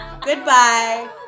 Goodbye